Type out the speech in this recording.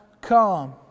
come